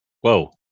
Whoa